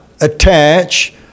attach